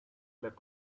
left